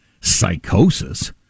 psychosis